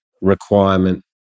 requirement